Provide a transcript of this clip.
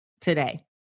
today